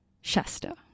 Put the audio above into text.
Shasta